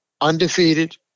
Undefeated